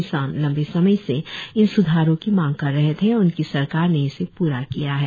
किसान लंबे समय से इन स्धारों की मांग कर रहे थे और उनकी सरकार ने इसे पूरा किया है